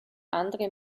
andere